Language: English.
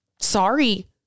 Sorry